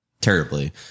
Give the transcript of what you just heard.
terribly